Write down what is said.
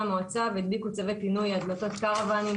המועצה והדביקו צווי פינוי על דלתות קרוואנים.